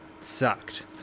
sucked